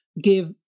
give